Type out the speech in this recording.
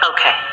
Okay